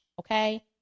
Okay